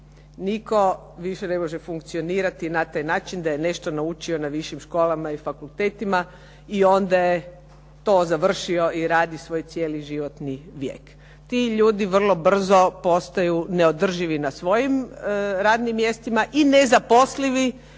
Nitko više ne može funkcionirati na taj način da je nešto naučio na višim školama i fakultetima i onda je to završio i radi svoj cijeli životni vijek. Ti ljudi vrlo brzo postaju neodrživi na svojim radnim mjestima i nezaposlivi,